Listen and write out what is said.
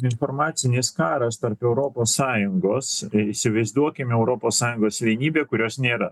informacinis karas tarp europos sąjungos įsivaizduokim europos sąjungos vienybė kurios nėra